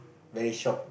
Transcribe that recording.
very shocked